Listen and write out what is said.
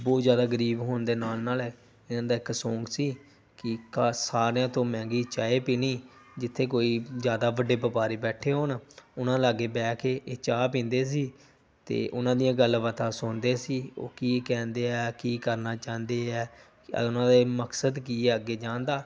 ਬਹੁਤ ਜ਼ਿਆਦਾ ਗਰੀਬ ਹੋਣ ਦੇ ਨਾਲ ਨਾਲ ਇਹਨਾਂ ਦਾ ਇੱਕ ਸੌਂਕ ਸੀ ਕਿ ਕਾ ਸਾਰਿਆਂ ਤੋਂ ਮਹਿੰਗੀ ਚਾਹ ਪੀਣੀ ਜਿੱਥੇ ਕੋਈ ਜ਼ਿਆਦਾ ਵੱਡੇ ਵਪਾਰੀ ਬੈਠੇ ਹੋਣ ਉਹਨਾਂ ਲਾਗੇ ਬਹਿ ਕੇ ਇਹ ਚਾਹ ਪੀਂਦੇ ਸੀ ਅਤੇ ਉਹਨਾਂ ਦੀਆਂ ਗੱਲਬਾਤਾਂ ਸੁਣਦੇ ਸੀ ਉਹ ਕੀ ਕਹਿੰਦੇ ਹੈ ਕੀ ਕਰਨਾ ਚਾਹੁੰਦੇ ਹੈ ਉਹਨਾਂ ਦੇ ਮਕਸਦ ਕੀ ਆ ਅੱਗੇ ਜਾਣ ਦਾ